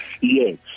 Yes